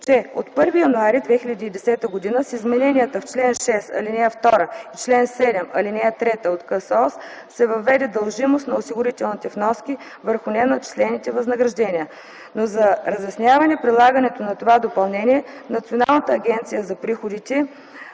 че от 1 януари 2010 г. с измененията в чл. 6, ал. 2 и чл. 7, ал. 3 на Кодекса за социално осигуряване се въведе дължимост на осигурителните вноски върху неначислените възнаграждения. Но за разясняване прилагането на това допълнение Националната агенция за приходите